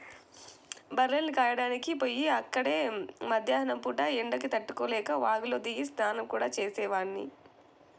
బర్రెల్ని కాయడానికి పొయ్యి అక్కడే మద్దేన్నం పూట ఎండకి తట్టుకోలేక వాగులో దిగి స్నానం గూడా చేసేవాడ్ని